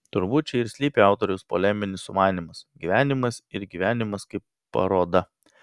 turbūt čia ir slypi autoriaus poleminis sumanymas gyvenimas ir gyvenimas kaip paroda